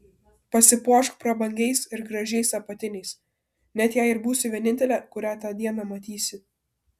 pasipuošk prabangiais ir gražiais apatiniais net jei ir būsi vienintelė kurią tą dieną matysi